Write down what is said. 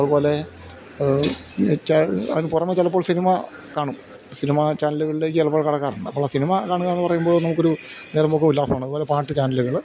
അതുപോലെ അതിനുപുറമേ ചിലപ്പോൾ സിനിമ കാണും സിനിമ ചാനലുകളിലേക്ക് ചിലപ്പോൾ കടക്കാറുണ്ട് അപ്പോള് സിനിമ കാണുകയെന്ന് പറയുമ്പോള് നമുക്കൊരു നേരമ്പോക്കും ഉല്ലാസവുമാണ് അതുപോലെ പാട്ട് ചാനലുകള്